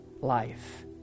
life